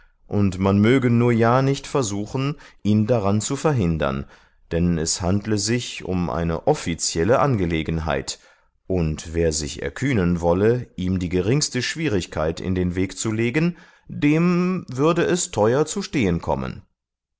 und man möge nur ja nicht versuchen ihn daran zu verhindern denn es handle sich um eine offizielle angelegenheit und wer sich erkühnen wolle ihm die geringste schwierigkeit in den weg zu legen dem würde es teuer zu stehen kommen